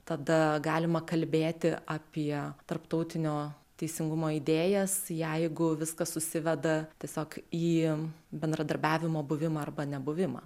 tada galima kalbėti apie tarptautinio teisingumo idėjas jeigu viskas susiveda tiesiog į bendradarbiavimo buvimą arba nebuvimą